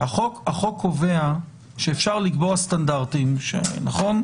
החוק קובע שאפשר לקבוע סטנדרטים, נכון?